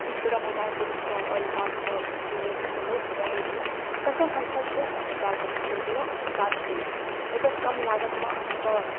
ई छोटा मोटा औषधिसँ आओर ई पासके क्लीनिकसबसँ नहि भऽ पाबै छै तखन हमसब से अस्पतालके प्रेफर केलहुँ अस्पताल गेलहुँ एतऽ कम लागतिमे अहाँके